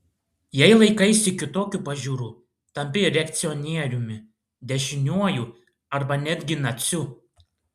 jei laikaisi kitokių pažiūrų tampi reakcionieriumi dešiniuoju arba netgi naciu